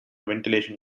ventilation